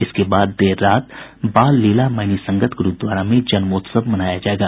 इसके बाद देर रात बाल लीला मैनी संगत गुरूद्वारा में जन्मोत्सव मनाया जायेगा